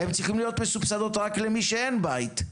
הן צריכות להיות מסובסדות רק למי שאין לו בית.